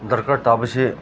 ꯗꯔꯀꯥꯔ ꯇꯥꯕꯁꯦ